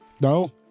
No